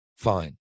Fine